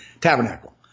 tabernacle